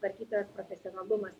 tvarkytojos profesionalumas